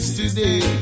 today